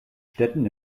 stätten